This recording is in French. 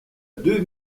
deux